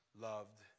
loved